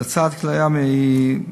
להוצאת כליה מגופם,